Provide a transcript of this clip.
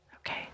Okay